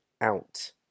out